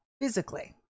physically